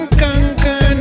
conquer